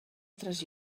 altres